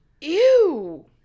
Ew